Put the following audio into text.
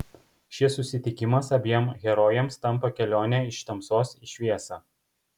šis susitikimas abiem herojėms tampa kelione iš tamsos į šviesą